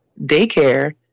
daycare